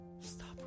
Stop